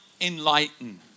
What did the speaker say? enlighten